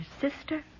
sister